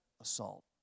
assault